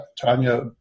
Tanya